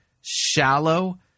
shallow